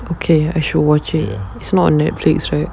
okay I should watch it it's not netflix right no as long